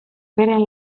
beren